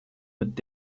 mit